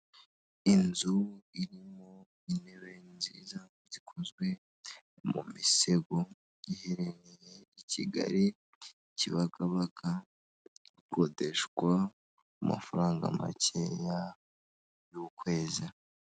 Inzu irimo intebe nziza zikozwe mu misego iherereyeye i kigali kibagabaka ikodeshwa mu mafaranga makeya y'ukwezi.